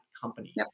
company